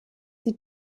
sie